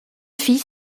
fils